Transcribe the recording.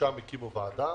ושם הקימו ועדה.